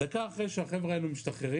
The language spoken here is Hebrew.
דקה אחרי שהחבר'ה האלה משתחררים,